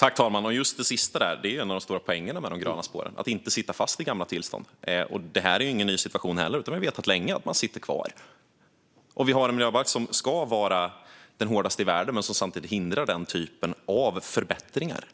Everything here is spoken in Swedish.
Fru talman! Det sista där är ju en av de stora poängerna med de gröna spåren - att inte sitta fast i gamla tillstånd. Det här är ingen ny situation heller, utan vi har vetat länge att man sitter kvar. Vi har en miljöbalk som ska vara den hårdaste i världen men som samtidigt hindrar den här typen av förbättringar.